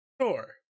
sure